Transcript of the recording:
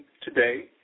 today